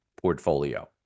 portfolio